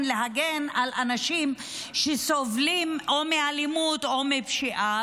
להגן על אנשים שסובלים מאלימות או מפשיעה,